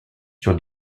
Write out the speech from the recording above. sur